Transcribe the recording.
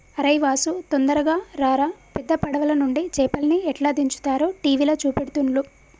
అరేయ్ వాసు తొందరగా రారా పెద్ద పడవలనుండి చేపల్ని ఎట్లా దించుతారో టీవీల చూపెడుతుల్ను